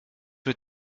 mit